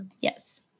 Yes